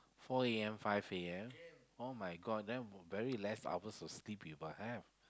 four A_M five A_M [oh]-my-God then very less hours of sleep we will have